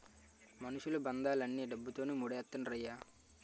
మనుషులు బంధాలన్నీ డబ్బుతోనే మూడేత్తండ్రయ్య